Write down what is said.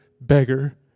beggar